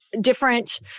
different